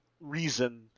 reason